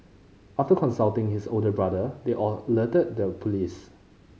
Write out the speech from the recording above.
after consulting his older brother they all alerted the police